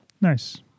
Nice